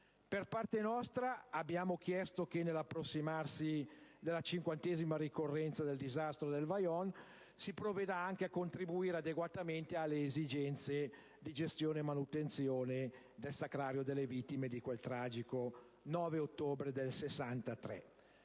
Per parte nostra abbiamo chiesto che, nell'approssimarsi della cinquantesima ricorrenza del disastro del Vajont, si provveda anche a contribuire adeguatamente alle esigenze di gestione e manutenzione del sacrario delle vittime di quel tragico 9 ottobre 1963.